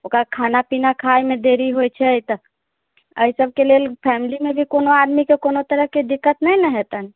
ओकरा खाना पीना खाइमे देरी होइ छै तऽ एहि सबके लेल फैमिली मे जे कोनो आदमीके कोनो तरहके दिक्कत नै ने हेतनि